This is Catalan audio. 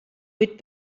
huit